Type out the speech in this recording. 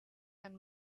and